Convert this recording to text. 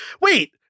wait